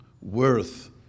worth